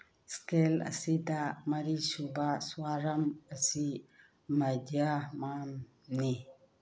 scale ꯑꯁꯤꯗ ꯃꯔꯤꯁꯨꯕ ꯁ꯭ꯋꯥꯔꯝ ꯑꯁꯤ ꯃꯩꯗ꯭ꯌꯃꯥꯝꯅꯤ